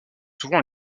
souvent